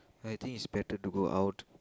I think it's better to go out